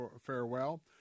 farewell